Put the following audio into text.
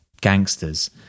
gangsters